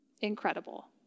Incredible